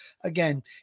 again